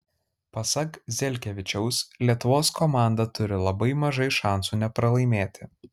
pasak zelkevičiaus lietuvos komanda turi labai mažai šansų nepralaimėti